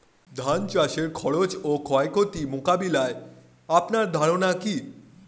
ধান চাষের খরচ ও ক্ষয়ক্ষতি মোকাবিলায় আপনার ধারণা কী?